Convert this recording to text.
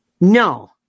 No